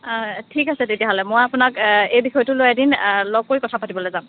অঁ ঠিক আছে তেতিয়াহ'লে মই আপোনাক এই বিষয়টোলৈ এদিন লগ কৰি কথা পাতিবলৈ যাম